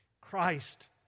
Christ